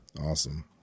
awesome